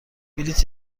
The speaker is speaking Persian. بلیط